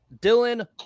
Dylan